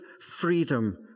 freedom